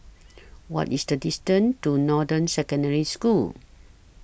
What IS The distance to Northern Secondary School